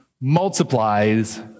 multiplies